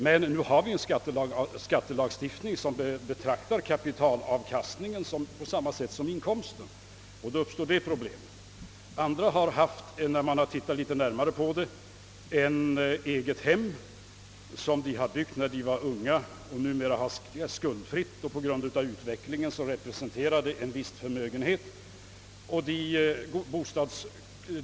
Men nu har vi en skatte lagstiftning, som betraktar kapitalavkastningen på samma sätt som en inkomst. Då uppstår detta problem. Andra har, när man tittat litet närmare på fallet, haft ett eget hem som de byggt när de var unga. Detta hem är numera skuldfritt men på grund av utvecklingen representerar hemmet en viss förmögenhet.